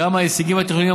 גם את ההישגים התכנוניים,